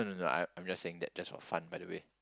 no no no I I'm just saying that just for fun by the way